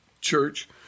church